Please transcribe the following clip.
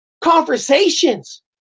conversations